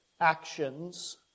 actions